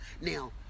Now